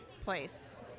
place